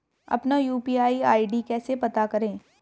अपना UPI ID कैसे पता करें?